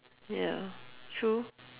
ya true